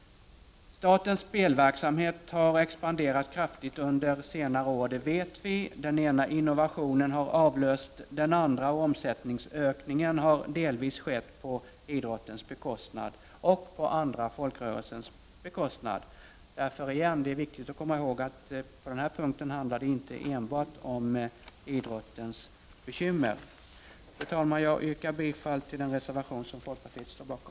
Statens spelverksamhet har expanderat kraftigt under senare år — det vet vi. Den ena innovationen har avlöst den andra, och omsättningsökningen har delvis skett på idrottens och andra folkrörelsers bekostnad — det är viktigt att komma ihåg att det på den här punkten inte enbart handlar om idrottens bekymmer. Fru talman! Jag yrkar bifall till den reservation som folkpartiet står bakom.